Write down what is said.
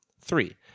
Three